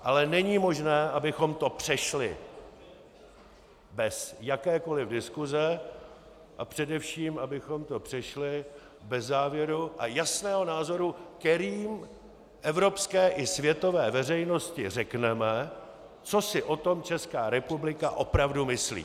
Ale není možné, abychom to přešli bez jakékoliv diskuse a především abychom to přešli bez závěru a jasného názoru, kterým evropské a světové veřejnosti řekneme, co si o tom Česká republika opravdu myslí.